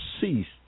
ceased